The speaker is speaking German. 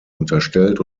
unterstellt